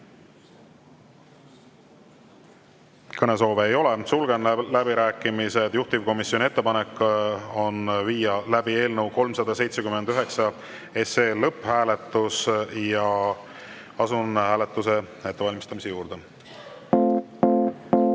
Kõnesoove ei ole, sulgen läbirääkimised. Juhtivkomisjoni ettepanek on viia läbi eelnõu 379 lõpphääletus. Asume hääletuse ettevalmistamise juurde.